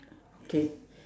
okay